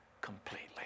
completely